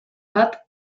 bat